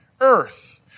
earth